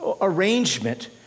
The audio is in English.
arrangement